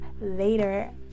later